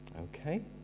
Okay